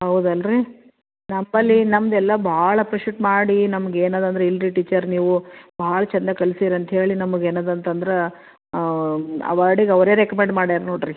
ಹೌದು ಅಲ್ಲ ರೀ ನಂಬಳಿ ನಮ್ಮದೆಲ್ಲ ಭಾಳ ಅಪ್ರಿಶೇಟ್ ಮಾಡಿ ನಮ್ಗೇನು ಅದ ಅಂದ್ರೆ ಇಲ್ಲರಿ ಟೀಚರ್ ನೀವು ಭಾಳ ಚೆಂದಾಗಿ ಕಲ್ಸೀರಂತ ಹೇಳಿ ನಮಗೇನು ಅದು ಅಂತ ಅಂದ್ರೆ ಅವಾರ್ಡಿಗೆ ಅವರೆ ರೆಕಮೆಂಡ್ ಮಾಡ್ಯಾರ ನೋಡಿರಿ